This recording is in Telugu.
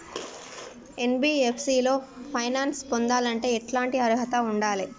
ఎన్.బి.ఎఫ్.సి లో ఫైనాన్స్ పొందాలంటే ఎట్లాంటి అర్హత ఉండాలే?